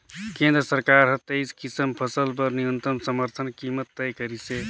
केंद्र सरकार हर तेइस किसम फसल बर न्यूनतम समरथन कीमत तय करिसे